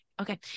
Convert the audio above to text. Okay